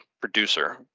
producer